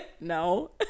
no